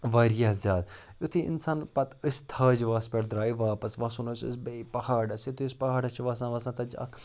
واریاہ زیادٕ یُتھُے اِنسان پَتہٕ أسۍ تھاجواس پٮ۪ٹھ درٛاے واپَس وَسُن اوس اَسہِ بیٚیہِ پہاڑَس یُتھُے أسۍ پہاڑَس چھِ وَسان وَسان تَتہِ چھِ اَکھ